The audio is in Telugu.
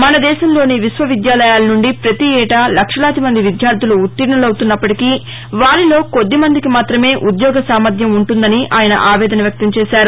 మన దేశంలోని విశ్వవిద్యాలయాల నుండి పతి ఏటా లక్షలాది మంది విద్యార్థులు ఉత్తీర్ణులపుతున్నప్పటికీ వారిలో కొద్దిమందికి మాత్రమే ఉద్యోగ సామర్ణ్యం ఉంటుందని ఆయన ఆవేదన వ్యక్తం చేశారు